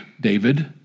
David